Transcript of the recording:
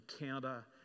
encounter